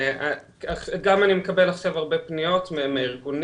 גם אני מקבל עכשיו הרבה פניות מארגונים,